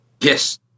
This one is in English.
Yes